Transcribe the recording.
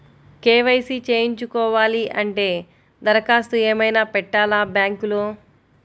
KYC చేయించుకోవాలి అంటే దరఖాస్తు ఏమయినా పెట్టాలా బ్యాంకులో?